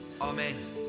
Amen